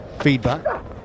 feedback